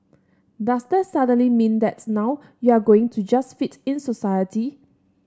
does that suddenly mean that now you're going to just fit in society